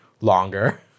longer